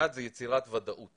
האחד, יצירת ודאות